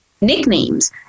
nicknames